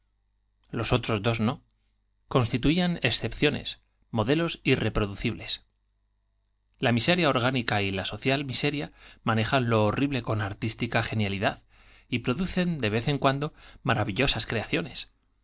los otros dos no constituían excepciones modelos irreproducibles la miseria orgánica y la social mi seria manejan lo horrible con artística genialidad y producen de vez en cuando maravillosas creaciones